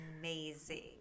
amazing